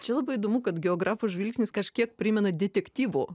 čia labai įdomu kad geografo žvilgsnis kažkiek primena detektyvo